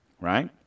right